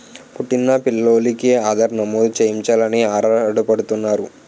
పుట్టిన పిల్లోలికి ఆధార్ నమోదు చేయించాలని ఆరాటపడుతుంటారు